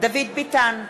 דוד ביטן,